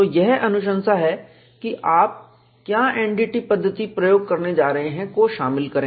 तो यह अनुशंसा है कि आप क्या NDT पद्धति प्रयोग करने जा रहे हैं को शामिल करें